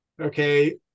Okay